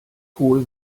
kohl